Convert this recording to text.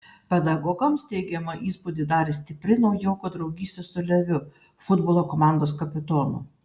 pedagogams teigiamą įspūdį darė stipri naujoko draugystė su leviu futbolo komandos kapitonu